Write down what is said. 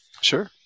sure